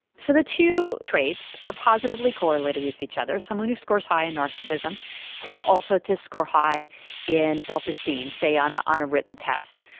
so the two traits are positively correlated with each other. someone who scores high in narcissism tends also to score high in self-esteem, say on ah on a written test.